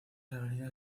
avenidas